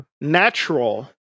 Natural